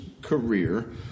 career